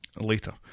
Later